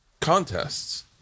contests